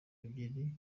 ebyiri